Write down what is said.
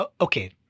Okay